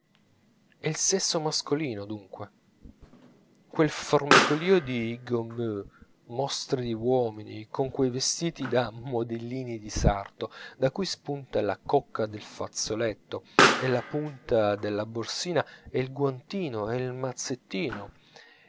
il sesso mascolino dunque quel formicolìo di gommeux mostre di uomini con quei vestiti da modellini di sarto da cui spunta la cocca del fazzoletto e la punta della borsina e il guantino e il mazzettino